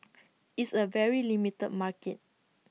it's A very limited market